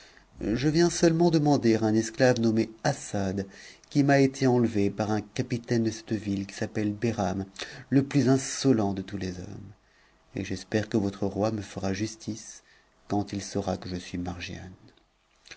je viens seulement demander un esclave nommé assad qui été enlevé par un capitaine de cette ville qui s'appelle behram le plus insolent de tous les hommes et j'espère que votre roi me fera justice quand il saura que je suis margiane